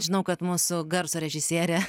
žinau kad mūsų garso režisierė